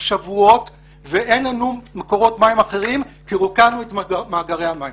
שבועות ואין לנו מקורות מים אחרים כי רוקנו את מאגרי המים.